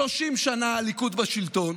30 שנה הליכוד בשלטון,